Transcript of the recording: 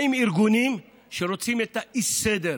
באים ארגונים שרוצים את האי-סדר.